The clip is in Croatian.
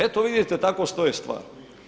Eto vidite tako stoje stvari.